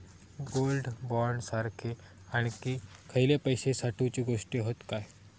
Gold bond सारखे आणखी खयले पैशे साठवूचे गोष्टी हत काय?